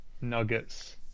Nuggets